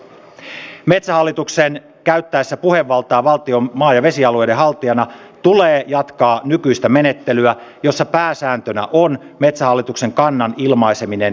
metsähallituksen käyttäessä puhevaltaa valtion maa ja vesialueiden haltijana tulee jatkaa nykyistä menettelyä jossa pääsääntönä on metsähallituksen kannan ilmaiseminen kokonaisuutena